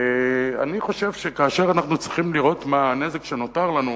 אני חושב שכאשר אנחנו צריכים לראות מה הנזק שנותר לנו